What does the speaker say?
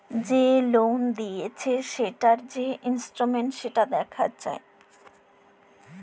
যে লল লিঁয়েছে সেটর যে ইসট্যাটমেল্ট দ্যাখা যায়